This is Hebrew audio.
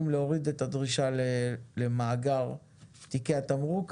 להוריד את הדרישה למאגר תיקי התמרוק,